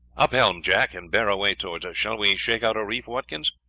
up helm, jack, and bear away towards her. shall we shake out a reef, watkins?